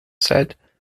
said